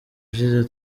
ushize